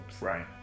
Right